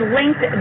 linked